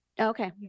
Okay